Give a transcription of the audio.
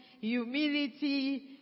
humility